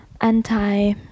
anti